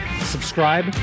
Subscribe